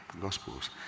gospels